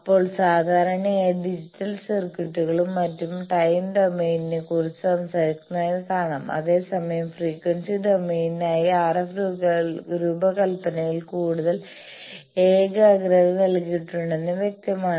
അപ്പോൾ സാധാരണയായി ഡിജിറ്റൽ സർക്യൂട്ടുകളും മറ്റും ടൈം ഡൊമെയ്നിനെക്കുറിച്ച് സംസാരിക്കുന്നതായി കാണാം അതേസമയം ഫ്രീക്വൻസി ഡൊമെയ്നിനായി RF രൂപകൽപ്പനയിൽ കൂടുതൽ ഏകാഗ്രത നൽകിയിട്ടുണ്ടെന്ന് വ്യക്തമാണ്